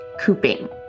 cooping